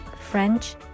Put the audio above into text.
French